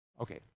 Okay